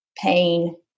pain